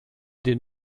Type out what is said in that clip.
den